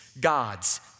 God's